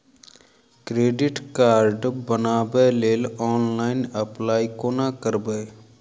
Credit card बनाबै लेल online apply कोना करबै?